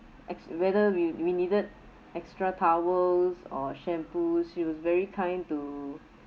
ex~ whether we we needed extra towels or shampoo she was very kind to